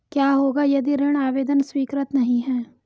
क्या होगा यदि ऋण आवेदन स्वीकृत नहीं है?